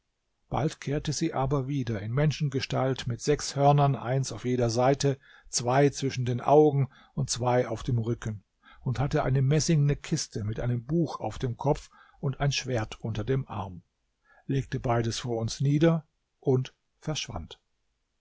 bald kehrte sie aber wieder in menschengestalt mit sechs hörnern eins auf jeder seite zwei zwischen den augen und zwei auf dem rücken und hatte eine messingene kiste mit einem buch auf dem kopf und ein schwert unter dem arm legte beides vor uns nieder und verschwand